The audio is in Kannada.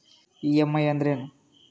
ಇ.ಎಂ.ಐ ಅಂದ್ರೇನು?